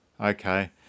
Okay